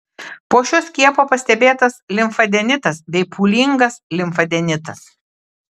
po šio skiepo pastebėtas limfadenitas bei pūlingas limfadenitas